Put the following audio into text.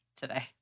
today